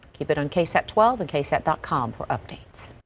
keep it on ksat twelve and ksat dot com for up to.